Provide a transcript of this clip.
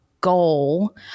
goal